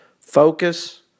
Focus